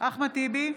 אחמד טיבי,